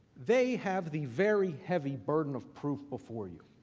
they have the very heavy burden of proof before you.